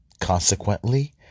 Consequently